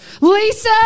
Lisa